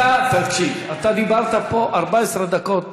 תקשיב, אתה דיברת פה 14 דקות.